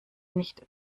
nicht